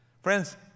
Friends